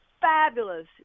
fabulous